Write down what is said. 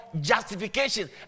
justification